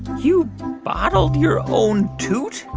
you bottled your own toot?